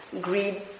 greed